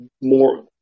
more